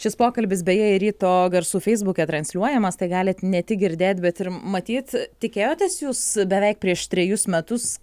šis pokalbis beje ir ryto garsų feisbuke transliuojamas tai galit ne tik girdėt bet ir matyt tikėjotės jūs beveik prieš trejus metus